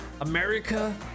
america